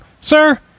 sir